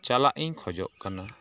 ᱪᱟᱞᱟᱜ ᱤᱧ ᱠᱷᱚᱡᱚᱜ ᱠᱟᱱᱟ